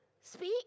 speak